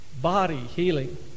body-healing